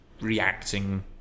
reacting